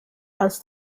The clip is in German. als